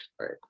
right